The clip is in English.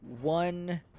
one